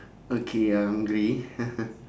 okay you're hungry